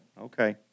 Okay